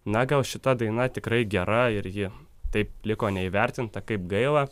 na gal šita daina tikrai gera ir ji taip liko neįvertinta kaip gaila